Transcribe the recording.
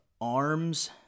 arms